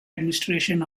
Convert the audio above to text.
administration